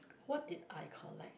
what did I collect